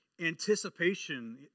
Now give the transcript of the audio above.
anticipation